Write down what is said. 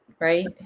right